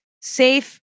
safe